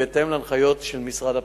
בהתאם להנחיות משרד הפנים.